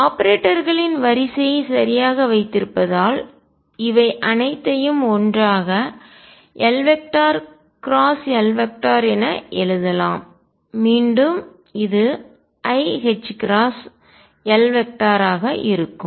ஆபரேட்டர்களின் வரிசையை சரியாக வைத்திருப்பதால் இவை அனைத்தையும் ஒன்றாக L L என எழுதலாம் மீண்டும் இது iℏL ஆக இருக்கும்